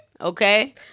Okay